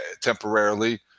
temporarily